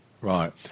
Right